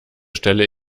stelle